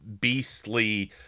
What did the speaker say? beastly